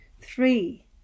Three